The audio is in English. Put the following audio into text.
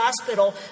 Hospital